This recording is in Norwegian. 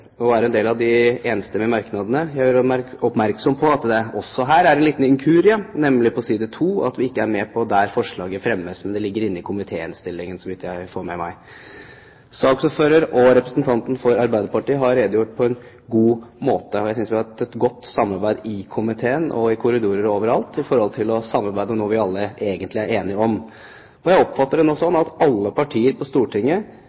og er med på en del av de enstemmige merknadene, men gjør oppmerksom på at det her er en liten inkurie, på side 2. Vi er ikke med der forslaget fremmes. Men det ligger i komitéinnstillingen, så vidt jeg har fått med meg. Saksordføreren, representanten fra Arbeiderpartiet, har redegjort på en god måte. Jeg synes vi har hatt et godt samarbeid i komiteen, i korridorer og overalt med hensyn til å samarbeide om noe vi alle egentlig er enige om. Jeg oppfatter det nå slik at alle partier på Stortinget